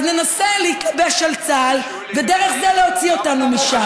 אז ננסה להתלבש על צה"ל ודרך זה להוציא אותנו משם?